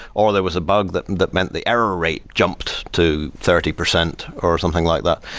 or there was a bug that that meant the error rate jumped to thirty percent or something like that.